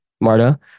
Marta